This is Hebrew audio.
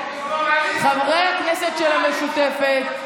חברי הכנסת של המשותפת.